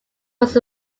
was